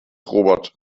robert